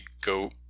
go